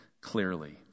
clearly